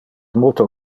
multo